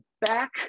back